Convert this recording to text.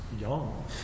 young